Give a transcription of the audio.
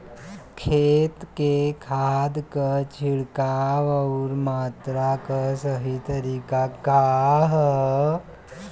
खेत में खाद क छिड़काव अउर मात्रा क सही तरीका का ह?